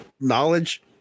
knowledge